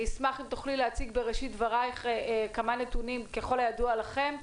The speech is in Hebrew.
אני אשמח אם תוכלי להציג בראשית דבריך כמה נתונים ככל הידוע לכם,